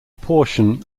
portion